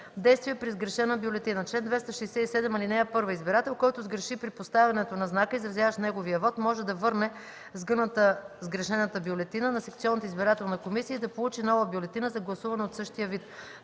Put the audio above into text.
„Действия при сгрешена бюлетина Чл. 267. (1) Избирател, който сгреши при поставянето на знака, изразяващ неговия вот, може да върне сгъната сгрешената бюлетина на секционната избирателна комисия и да получи нова бюлетина за гласуване от същия вид.